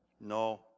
No